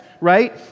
right